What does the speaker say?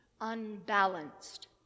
unbalanced